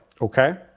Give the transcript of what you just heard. okay